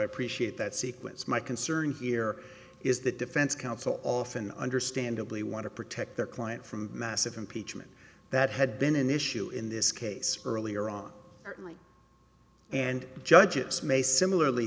i appreciate that sequence my concern here is that defense counsel often understandably want to protect their client from massive impeachment that had been an issue in this case earlier on early and judges may similarly